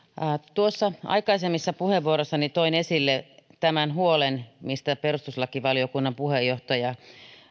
aikaisemmissa puheenvuoroissani toin esille tämän huolen mistä perustuslakivaliokunnan puheenjohtaja